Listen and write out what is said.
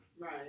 right